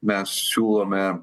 mes siūlome